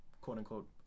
quote-unquote